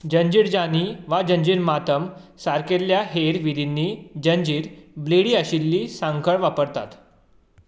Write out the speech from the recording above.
जंजीर जानी वा जंजीर मातम सारकेल्या हेर विधींनी जंजीर ब्लेडी आशिल्ली सांखळ वापरतात